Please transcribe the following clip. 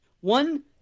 one